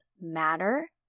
matter